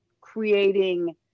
creating